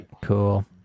Cool